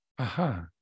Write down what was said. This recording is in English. aha